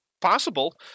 possible